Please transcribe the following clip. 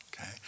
okay